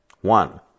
one